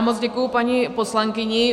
Moc děkuji paní poslankyni.